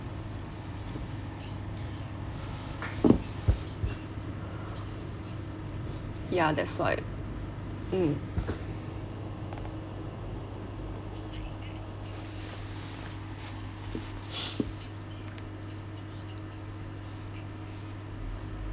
ya that's why mm